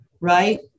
right